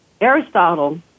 Aristotle